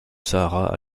sahara